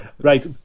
Right